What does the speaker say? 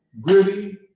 gritty